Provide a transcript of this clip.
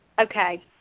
Okay